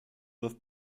with